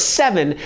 seven